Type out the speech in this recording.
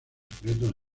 secretos